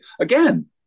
again